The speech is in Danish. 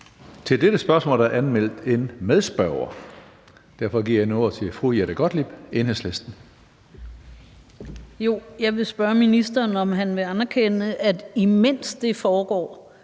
Til dette spørgsmål er der anmeldt en medspørger. Derfor giver jeg nu ordet til fru Jette Gottlieb, Enhedslisten. Kl. 16:20 Jette Gottlieb (EL): Jeg vil spørge ministeren, om han vil anerkende, at imens det foregår,